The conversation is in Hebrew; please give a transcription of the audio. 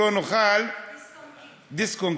שלא נוכל דיסק-און-קי.